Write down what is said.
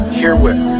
herewith